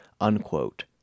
unquote